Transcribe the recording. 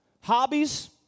hobbies